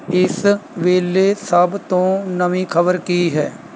ਇਸ ਵੇਲੇ ਸਭ ਤੋਂ ਨਵੀਂ ਖ਼ਬਰ ਕੀ ਹੈ